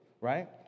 right